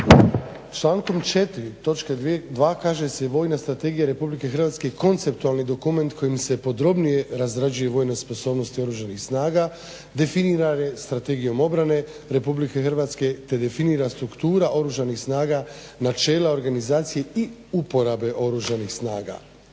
Člankom 4. točke 2. kaže se vojna strategija RH je konceptualni dokument kojim se podrobnije razrađuje vojna sposobnost Oružanih snaga definira Strategijom obrane RH te definira struktura Oružanih snaga načela organizacije i uporabe Oružanih snaga.